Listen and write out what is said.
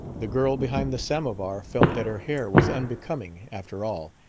the girl behind the samovar felt that her hair was unbecoming, after all,